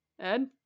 Ed